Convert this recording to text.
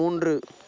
மூன்று